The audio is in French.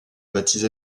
baptisé